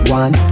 one